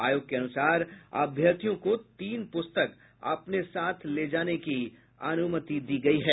आयोग के अनुसार अभ्यर्थियों को तीन प्रस्तक अपने साथ ले जाने की अनुमति है